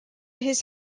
his